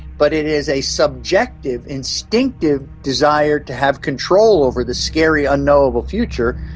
but it is a subjective, instinctive desire to have control over the scary unknowable future,